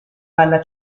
dalla